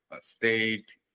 state